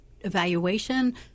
evaluation –